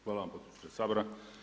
Hvala vam potpredsjedniče Sabora.